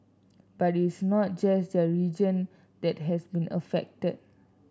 but it's not just the region that has been affected